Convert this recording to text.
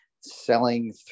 selling